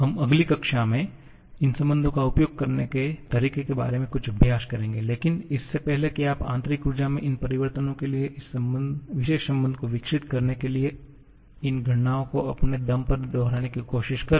हम अगली कक्षा में इन संबंधों का उपयोग करने के तरीके के बारे में कुछ अभ्यास करेंगे लेकिन इससे पहले कि आप आंतरिक ऊर्जा में इन परिवर्तनों के लिए इस विशेष संबंध को विकसित करने के लिए इन गणनाओं को अपने दम पर दोहराने की कोशिश करें